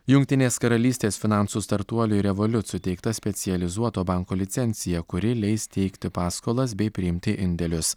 jungtinės karalystės finansų startuoliui revoliut suteikta specializuoto banko licencija kuri leis teikti paskolas bei priimti indėlius